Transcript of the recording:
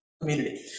community